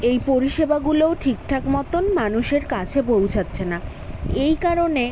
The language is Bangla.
এই পরিষেবাগুলোও ঠিক ঠাক মতন মানুষের কাছে পৌঁছাচ্ছে না এই কারণে